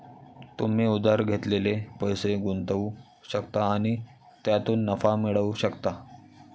तुम्ही उधार घेतलेले पैसे गुंतवू शकता आणि त्यातून नफा मिळवू शकता